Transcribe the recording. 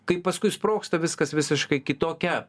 kai paskui sprogsta viskas visiškai kitokia